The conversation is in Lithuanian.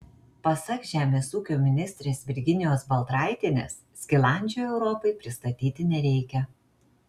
pasak žemės ūkio ministrės virginijos baltraitienės skilandžio europai pristatyti nereikia